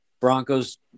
Broncos